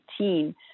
2018